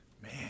Man